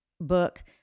book